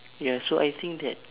ya so I think that